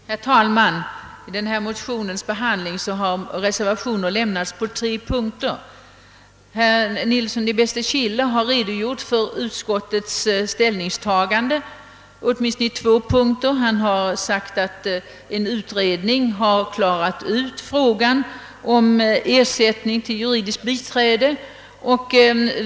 Herr talman! Vid denna motions behandling har reservationer lämnats på tre punkter. Herr Nilsson i Bästekille har redogjort för utskottets ställningstagande åtminstone i två punkter. Han har framhållit att en utredning har klarat ut frågan om ersättning till juridiskt biträde.